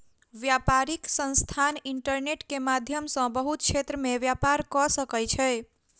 व्यापारिक संस्थान इंटरनेट के माध्यम सॅ बहुत क्षेत्र में व्यापार कअ सकै छै